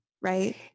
Right